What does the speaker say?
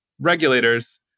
regulators